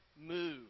move